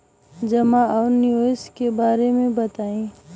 जमा और निवेश के बारे मे बतायी?